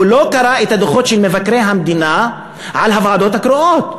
הוא לא קרא את הדוחות של מבקרי המדינה על הוועדות הקרואות.